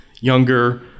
younger